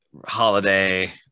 holiday